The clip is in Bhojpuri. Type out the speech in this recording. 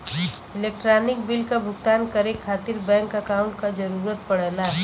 इलेक्ट्रानिक बिल क भुगतान करे खातिर बैंक अकांउट क जरूरत पड़ला